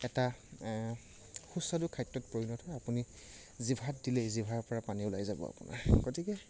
এটা সুস্বাদু খাদ্যত পৰিণত হয় আপুনি জিভাত দিলেই জিভাৰ পৰা পানী ওলাই যাব আপোনাৰ গতিকে